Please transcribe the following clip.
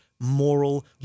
moral